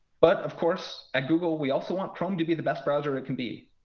but of course, at google, we also want chrome to be the best browser it can be.